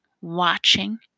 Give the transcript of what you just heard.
watching